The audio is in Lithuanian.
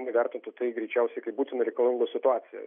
na vertintų tai greičiausiai kaip būtino reikalingumo situaciją